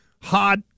hot